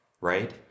right